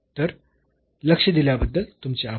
तर लक्ष दिल्याबद्दल तुमचे आभार